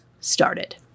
started